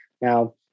Now